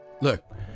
Look